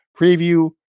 preview